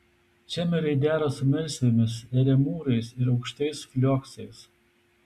čemeriai dera su melsvėmis eremūrais ir aukštais flioksais